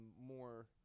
more